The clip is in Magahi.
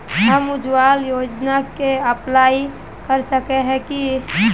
हम उज्वल योजना के अप्लाई कर सके है की?